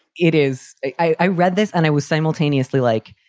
it is. i read this and i was simultaneously like,